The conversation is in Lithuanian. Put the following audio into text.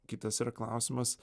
kitas yra klausimas